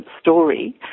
story